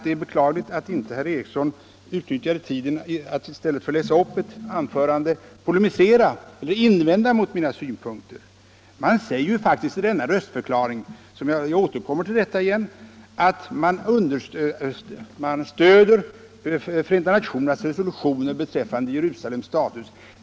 Det är beklagligt att herr Ericson inte, i stället för att läsa upp denna förklaring, utnyttjade tiden till att invända mot mina synpunkter. Det sägs ju faktiskt i denna röstförklaring — jag återkommer till detta — att Sverige stöder Förenta nationernas resolutioner beträffande Jerusalems status.